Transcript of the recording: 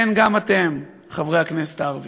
כן, גם אתם, חברי הכנסת הערבים,